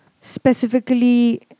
specifically